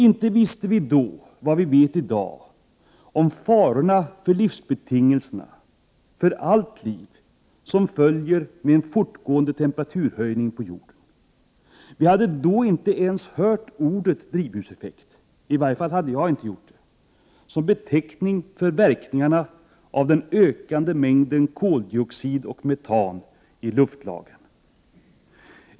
Inte visste vi då vad vi vet i dag om de faror för livsbetingelserna, för allt liv, som följer med en fortgående temperaturhöjning på jorden. Vi hade då inte ens hört ordet drivhuseffekt — i varje fall hade jag inte hört det — som beteckning för verkningarna av den ökande mängden koldioxid och metan i luftlagren.